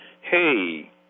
hey